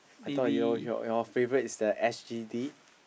I thought your your your favourite is the S_G_D